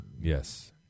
Yes